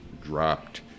dropped